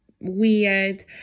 weird